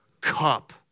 cup